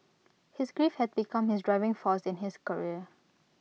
his grief had become his driving force in his career